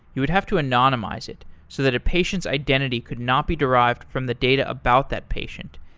you would have to anonymize it so that a patient's identity could not be derived from the data about that patient.